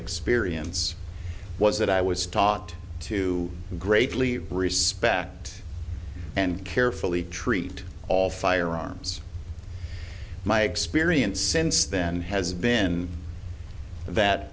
experience was that i was taught to greatly respect and carefully treat all firearms my experience since then has been that